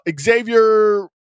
Xavier